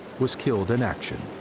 was killed in action.